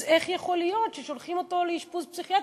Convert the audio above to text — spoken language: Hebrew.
אז איך יכול להיות ששולחים אותו לאשפוז פסיכיאטרי?